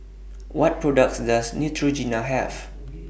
What products Does Neutrogena Have